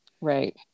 Right